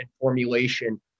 formulation